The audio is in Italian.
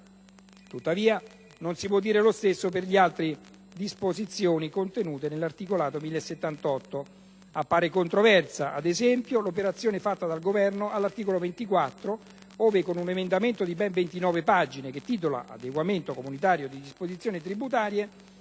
Tuttavia, non si può dire lo stesso per altre disposizioni contenute nell'articolato del disegno di legge n. 1078. Appare controversa, ad esempio, l'operazione fatta dal Governo all'articolo 24, ove, con un emendamento di ben 29 pagine, che titola "Adeguamento comunitario di disposizioni tributarie",